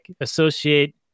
associate